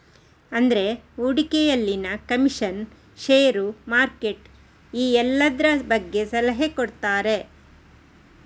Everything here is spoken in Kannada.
ಅಂದ್ರೆ ಹೂಡಿಕೆಯಲ್ಲಿನ ಕಮಿಷನ್, ಷೇರು, ಮಾರ್ಕೆಟ್ ಈ ಎಲ್ಲದ್ರ ಬಗ್ಗೆ ಸಲಹೆ ಕೊಡ್ತಾರೆ